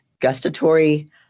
gustatory